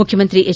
ಮುಖ್ಯಮಂತ್ರಿ ಎಚ್